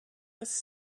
was